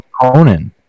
Conan